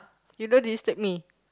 you don't disturb me